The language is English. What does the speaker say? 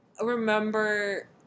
remember